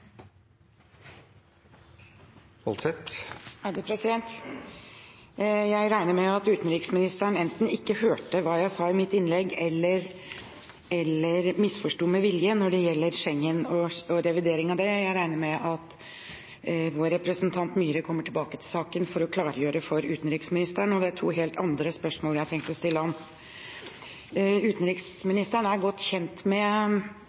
Jeg regner med at utenriksministeren enten ikke hørte hva jeg sa i mitt innlegg, eller misforsto med vilje når det gjelder Schengen og revideringen i den forbindelse. Jeg regner med at vår representant, Peter N. Myhre, kommer tilbake til saken for å klargjøre dette for utenriksministeren. Jeg har tenkt å stille ham to helt andre spørsmål. Utenriksministeren er godt kjent med den britiske EU-debatten, går jeg ut fra. Som kjent